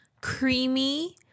creamy